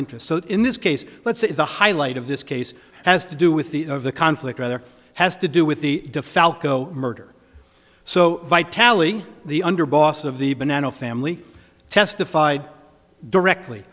interest in this case let's say the highlight of this case has to do with the of the conflict rather has to do with the de falco murder so vitality the underboss of the banana family testified directly